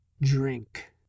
Drink